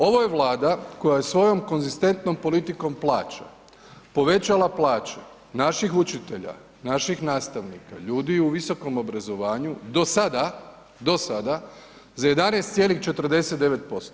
Ovo je Vlada koja je svojom konzistentnom politikom plaća povećala plaće naših učitelja, naših nastavnika, ljudi u visokom obrazovanju do sada, do sada za 11,49%